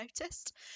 noticed